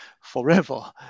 forever